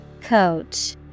Coach